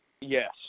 Yes